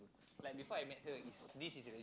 like before I met her this is it